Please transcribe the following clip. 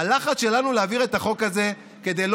הלחץ שלנו הוא להעביר את החוק הזה כדי לא